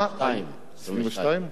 22. 22?